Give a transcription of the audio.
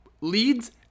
leads